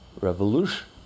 revolution